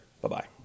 Bye-bye